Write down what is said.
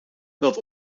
dat